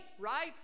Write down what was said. right